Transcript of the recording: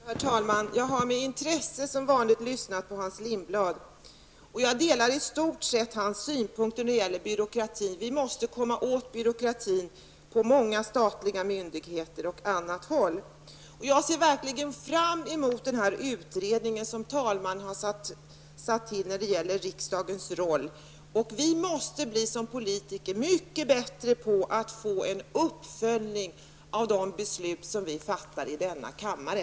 Herr talman! Som vanligt har jag med intresse lyssnat på Hans Lindblad. I stort sett har jag samma synpunkter som han på byråkratin. Vi måste komma åt byråkratin på många statliga myndigheter och även på annat håll. Jag ser alltså verkligen fram emot den utredning som talmannen har tillsatt när det gäller att undersöka riksdagens roll. Som politiker måste vi bli mycket bättre på detta med uppföljning av de beslut som fattas i denna kammare.